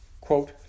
Quote